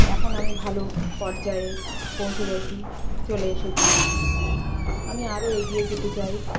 এখন আমি ভালো পর্যায়ে পৌঁছে গেছি চলে এসেছি আমি আরো এগিয়ে যেতে চাই